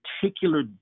particular